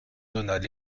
donat